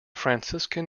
franciscan